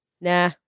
Nah